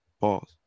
Pause